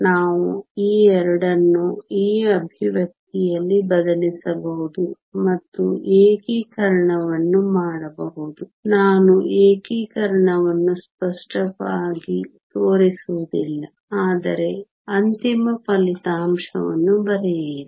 ನಾವು ಈ ಎರಡನ್ನು ಈ ಎಕ್ಸ್ಪ್ರೆಶನ್ ಯಲ್ಲಿ ಬದಲಿಸಬಹುದು ಮತ್ತು ಏಕೀಕರಣವನ್ನು ಮಾಡಬಹುದು ನಾನು ಏಕೀಕರಣವನ್ನು ಸ್ಪಷ್ಟವಾಗಿ ತೋರಿಸುವುದಿಲ್ಲ ಆದರೆ ಅಂತಿಮ ಫಲಿತಾಂಶವನ್ನು ಬರೆಯಿರಿ